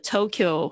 Tokyo